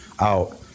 out